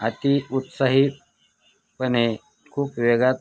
अती उत्साहीपणे खूप वेगात